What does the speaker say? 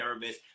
nervous